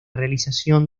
realización